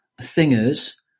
singers